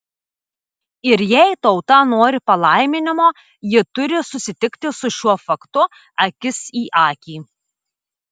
ir jei tauta nori palaiminimo ji turi susitikti su šiuo faktu akis į akį